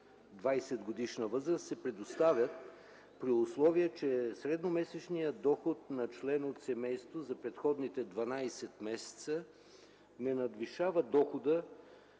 20-годишна възраст, се предоставят, при условие че средномесечният доход на член от семейство за предходните 12 месеца не надвишава дохода,